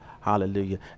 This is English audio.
Hallelujah